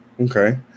Okay